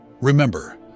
Remember